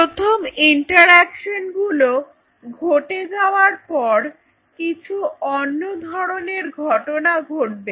প্রথম ইন্টারঅ্যাকশন গুলো ঘটে যাবার পর কিছু অন্য ধরনের ঘটনা ঘটবে